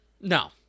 No